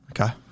Okay